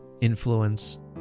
influence